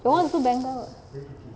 that [one] also jump down